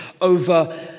over